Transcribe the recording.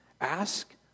Ask